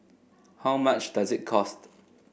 how much does it cost